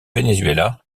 venezuela